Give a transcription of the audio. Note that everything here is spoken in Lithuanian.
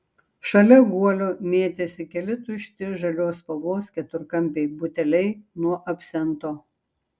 šalia guolio mėtėsi keli tušti žalios spalvos keturkampiai buteliai nuo absento